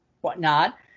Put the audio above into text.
whatnot